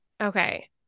Okay